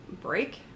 break